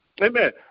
Amen